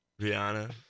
Rihanna